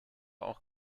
auch